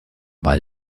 weil